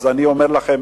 אז אני אומר לכם,